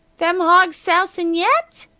them hawgs sousin' yet?